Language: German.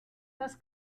das